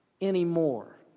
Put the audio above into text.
anymore